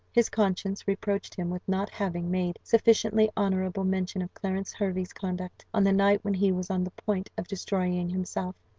his conscience reproached him with not having made sufficiently honourable mention of clarence hervey's conduct, on the night when he was on the point of destroying himself.